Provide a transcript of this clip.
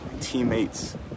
teammates